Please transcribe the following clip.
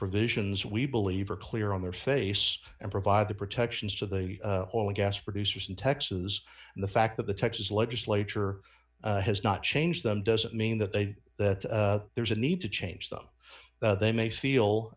provisions we believe are clear on their face and provide the protections to the oil and gas producers in texas and the fact that the texas legislature has not changed them doesn't mean that they that there's a need to change them they may feel